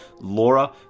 laura